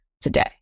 today